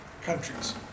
countries